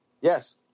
Yes